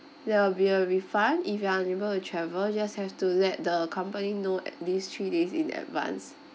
there'll a refund if you're unable to travel just have to let the company know at least three days in advance